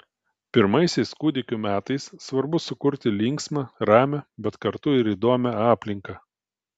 pirmaisiais kūdikio metais svarbu sukurti linksmą ramią bet kartu ir įdomią aplinką